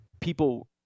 people